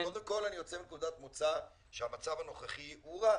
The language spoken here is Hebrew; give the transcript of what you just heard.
קודם כל אני יוצא מנקודת מוצא שהמצב הנוכחי הוא רע.